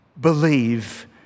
believe